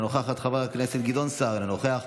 אינה נוכחת,